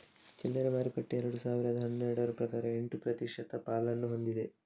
ಚಿಲ್ಲರೆ ಮಾರುಕಟ್ಟೆ ಎರಡು ಸಾವಿರದ ಹನ್ನೆರಡರ ಪ್ರಕಾರ ಎಂಟು ಪ್ರತಿಶತ ಪಾಲನ್ನು ಹೊಂದಿದೆ